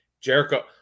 Jericho